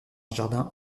jardin